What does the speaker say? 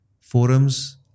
forums